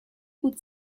could